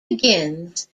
begins